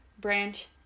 branch